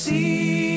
See